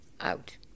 out